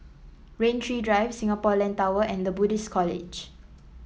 Rain Tree Drive Singapore Land Tower and The Buddhist College